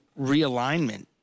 realignment